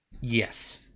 yes